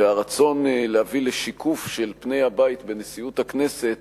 והרצון להביא לשיקוף של פני הבית בנשיאות הכנסת